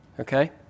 Okay